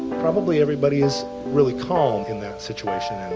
probably everybody is really calm in that situation,